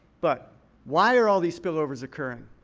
but why are all these spillovers occurring?